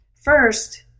First